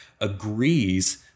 agrees